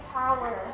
power